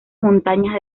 montañas